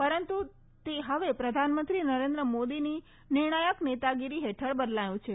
પરંતુ તે હવે પ્રધાનમંત્રી નરેન્દ્ર મોદીની નિર્ણાયક નેતાગીરી હેઠળ બદલાયું છે